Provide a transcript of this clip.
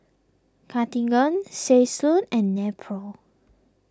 Cartigain Selsun and Nepro